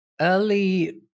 early